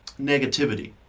negativity